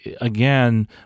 again